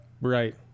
right